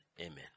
amen